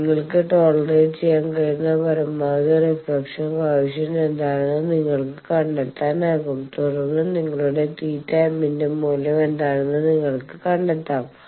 നിങ്ങൾക്ക് ടോളറേറ്റ് ചെയ്യാൻ കഴിയുന്ന പരമാവധി റിഫ്ലക്ഷൻ കോയെഫിഷ്യന്റ് എന്താണെന്ന് നിങ്ങൾക്ക് കണ്ടെത്താനാകും തുടർന്ന് നിങ്ങളുടെ θm ന്റെ മൂല്യം എന്താണെന്ന് നിങ്ങൾക്ക് കണ്ടെത്താം